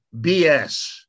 BS